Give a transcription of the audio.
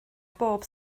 bob